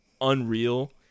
unreal